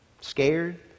Scared